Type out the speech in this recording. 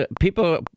people